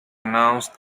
announced